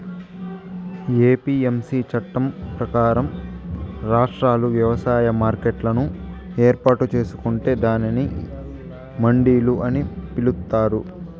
APMC చట్టం ప్రకారం, రాష్ట్రాలు వ్యవసాయ మార్కెట్లను ఏర్పాటు చేసుకొంటే దానిని మండిలు అని పిలుత్తారు